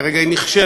כרגע היא נכשלת,